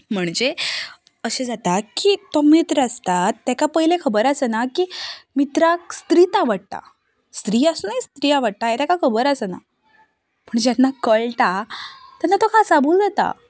म्हणजें अशें जाता की तो मित्र आसता ताका पयलें खबर आसना की मित्राक स्त्रीच आवडटा स्त्री आसून स्त्री आवडटा हें ताका खबर आसना पूण जेन्ना कळटा तेन्ना तो कांचाबूल जाता